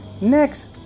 next